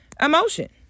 emotion